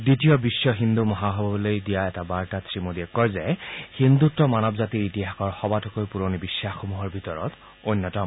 দ্বিতীয় বিখ্ব হিন্দু মহাসভালৈ দিয়া এটা বাৰ্তাত শ্ৰীমোদীয়ে কয় যে হিন্দুত্ব মানৱ জাতিৰ ইতিহাসৰ সবাতোকৈ পুৰণি বিশ্বাসসমূহৰ ভিতৰত অন্যতম